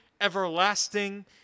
Everlasting